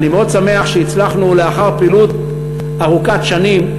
אני מאוד שמח שהצלחנו, לאחר פעילות ארוכת שנים,